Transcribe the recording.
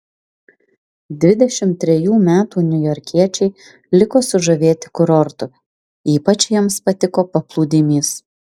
dvidešimt trejų metų niujorkiečiai liko sužavėti kurortu ypač jiems patiko paplūdimys